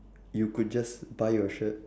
you could just buy your shirt